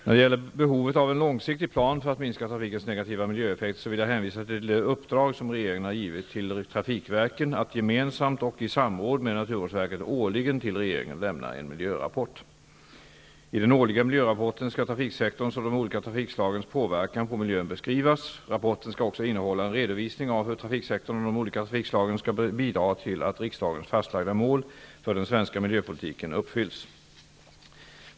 När det gäller behovet av en långsiktig plan för att minska trafikens negativa miljöeffekter, vill jag hänvisa till det uppdrag regeringen har givit till trafikverken att gemensamt och i samråd med naturvårdsverket årligen till regeringen lämna en miljörapport. I den årliga miljörapporten skall trafiksektorns och de olika trafikslagens påverkan på miljön beskrivas. Rapporten skall också innehålla en redovisning av hur trafiksektorn och de olika trafikslagen kan bidra till att riksdagens fastlagda mål för den svenska miljöpolitiken uppfylls.